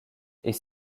est